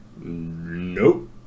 nope